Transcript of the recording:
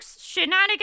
shenanigans